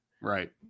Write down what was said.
Right